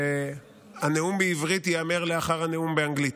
שהנאום בעברית ייאמר לאחר הנאום באנגלית.